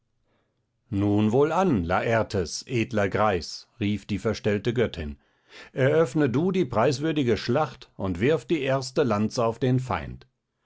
nun wohlan lartes edler greis rief die verstellte göttin eröffne du die preiswürdige schlacht und wirf die erste lanze auf den feind